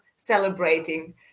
celebrating